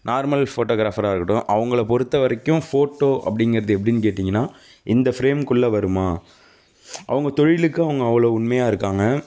normal ஃபோட்டோகிராஃபராக இருக்கட்டும் அவங்கள பொருத்த வரைக்கும் ஃபோட்டோ அப்படிங்கிறது எப்டின்னு கேட்டிங்கனா இந்த ஃப்ரேமுக்குள்ள வருமா அவங்க தொழிலுக்கு அவங்க அவ்வளோ உண்மையாக இருக்காங்க